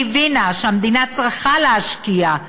היא הבינה שגם המדינה צריכה להשקיע,